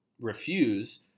refuse